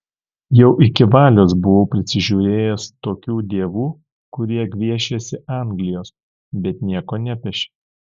jau iki valios buvau prisižiūrėjęs tokių dievų kurie gviešėsi anglijos bet nieko nepešė